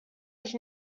sich